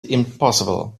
impossible